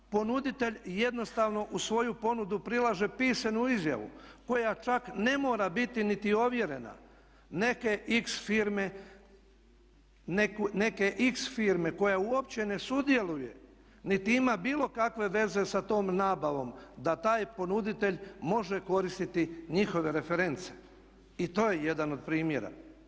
Ponuditelj jednostavno u svoju ponudu prilaže pisanu izjavu koja čak ne mora biti niti ovjerena, neke X firme koja uopće ne sudjeluje niti ima bilo kakve veze sa tom nabavom da taj ponuditelj može koristiti njihove reference i to je jedan od primjera.